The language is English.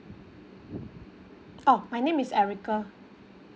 oh my name is erica